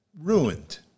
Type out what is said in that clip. ruined